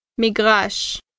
Migrash